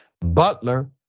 Butler